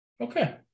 Okay